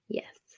yes